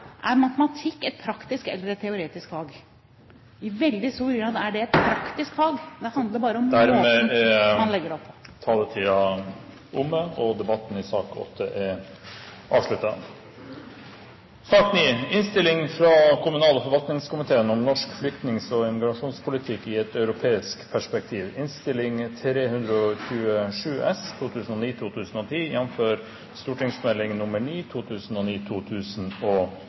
Er matematikk et praktisk eller et teoretisk fag? I veldig stor grad er det et praktisk fag, men det handler bare om måten man legger det opp på. Dermed er taletiden omme og debatten i sak nr. 8 avsluttet. Etter ønske fra kommunal- og forvaltningskomiteen